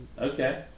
Okay